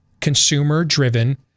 consumer-driven